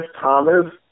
Thomas